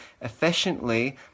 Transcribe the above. efficiently